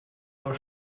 our